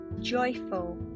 joyful